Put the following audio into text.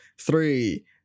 Three